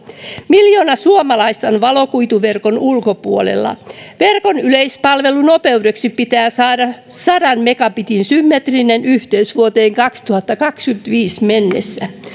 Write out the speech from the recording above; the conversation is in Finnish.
miljoona suomalaista on on valokuituverkon ulkopuolella verkon yleispalvelunopeudeksi pitää saada sadan megabitin symmetrinen yhteys vuoteen kaksituhattakaksikymmentäviisi mennessä